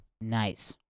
Nice